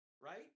right